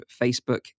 Facebook